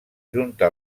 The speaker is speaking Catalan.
junta